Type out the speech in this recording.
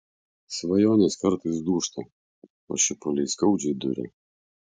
svajonės kartais dūžta o šipuliai skaudžiai duria